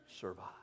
survive